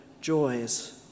joys